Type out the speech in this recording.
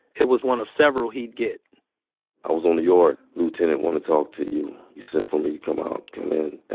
it was one of several he'd get i was on the yard. lieutenant wanna talk to you. he sent for me to come out. come in.